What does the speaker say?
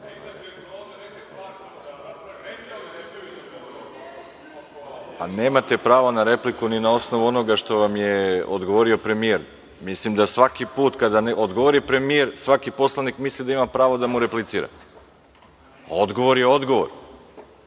prava na repliku ni na osnovu onoga što vam je odgovorio premijer. Mislim da svaki put kada odgovori premijer svaki poslanik misli da ima pravo da mu replicira. Odgovor je odgovor.